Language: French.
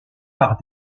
par